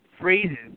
phrases